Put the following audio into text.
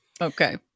Okay